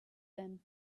them